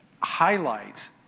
highlights